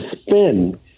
spin